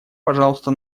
пожалуйста